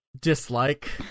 dislike